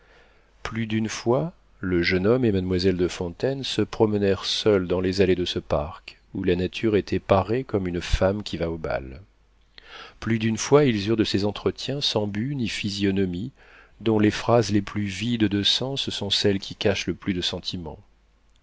plus d'une fois le jeune homme et mademoiselle de fontaine se promenèrent seuls dans les allées de ce parc où la nature était parée comme une femme qui va au bal plus d'une fois ils eurent de ces entretiens sans but ni physionomie dont les phrases les plus vides de sens sont celles qui cachent le plus de sentiments